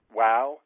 wow